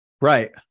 Right